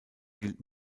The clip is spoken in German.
gilt